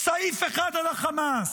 סעיף אחד על החמאס.